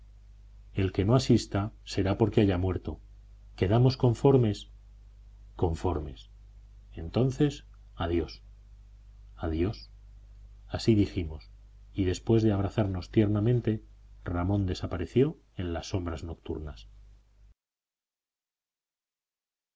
el que no asista será porque haya muerto quedamos conformes conformes entonces adiós adiós así dijimos y después de abrazarnos tiernamente ramón desapareció en las sombras nocturnas